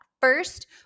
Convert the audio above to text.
First